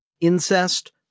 incest